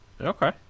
okay